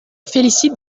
félicite